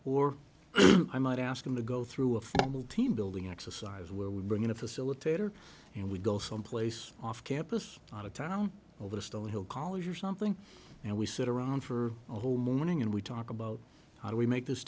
or i might ask them to go through a formal team building exercise where we bring in a facilitator and we go someplace off campus out of town over stonehill college or something and we sit around for a whole morning and we talk about how do we make this